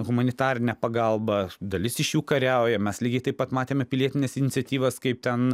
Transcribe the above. humanitarinę pagalbą dalis iš jų kariauja mes lygiai taip pat matėme pilietines iniciatyvas kaip ten